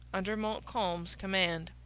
under montcalm's command.